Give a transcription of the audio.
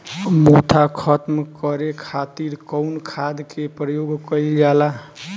मोथा खत्म करे खातीर कउन खाद के प्रयोग कइल जाला?